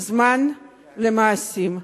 זמן למעשים.